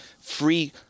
free